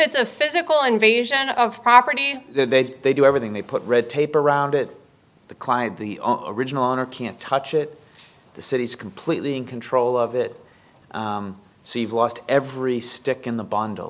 it's a physical invasion of property they say they do everything they put red tape around it the client the original owner can't touch it the city is completely in control of it so you've lost every stick in the bond